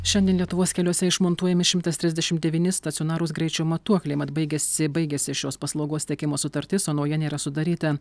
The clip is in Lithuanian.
šiandien lietuvos keliuose išmontuojami šimtas trisdešim devyni stacionarūs greičio matuokliai mat baigėsi baigėsi šios paslaugos tiekimo sutartis o nauja nėra sudaryta